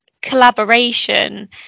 collaboration